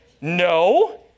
No